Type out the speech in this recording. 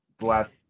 last